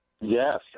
Yes